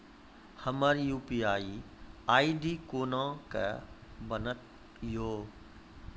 हमर UPI ID कोना के बनत यो?